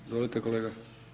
Izvolite kolega.